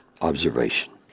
observation